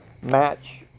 match